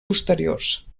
posteriors